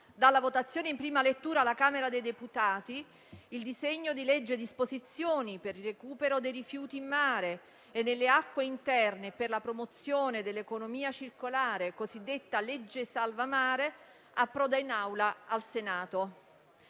dalla votazione in prima lettura alla Camera dei deputati, il disegno di legge recante disposizioni per il recupero dei rifiuti in mare e nelle acque interne e per la promozione dell'economia circolare, cosiddetta legge salva mare, approda nell'Aula del Senato.